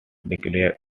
declared